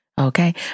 okay